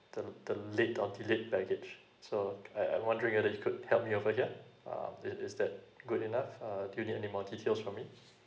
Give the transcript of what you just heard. the the late or delayed baggage so I I'm wandering whether you could help me over here uh is is that good enough uh you need anymore details from me